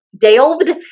delved